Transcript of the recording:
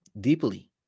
deeply